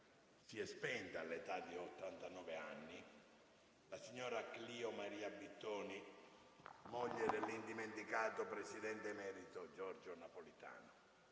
si è spenta, all'età di ottantanove anni, la signora Clio Maria Bittoni, moglie dell'indimenticato presidente emerito Giorgio Napolitano.